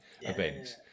events